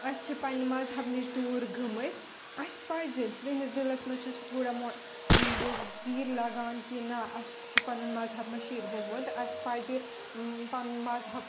اَسہِ چھِ پنٕنہِ مَذہَب نِش دور گٲمٕتۍ اَسہِ پَزِ تِہٕنٛدِس دِلَس منٛز چھِ سُہ تھوڑا زیٖر لگان کہِ نہَ اسہِ چھُ پَنُن مَذہَب مٔشِتھ گوٚمُت اَسہِ پَزِ پَنُن مَذہَب پَزِ